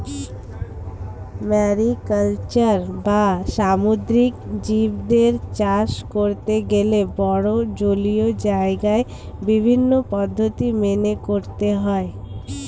mariculture বা সামুদ্রিক জীবদের চাষ করতে গেলে বড়ো জলীয় জায়গায় বিভিন্ন পদ্ধতি মেনে করতে হয়